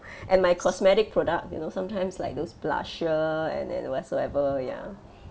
and my cosmetic product you know sometimes like those blusher and then whatsoever ya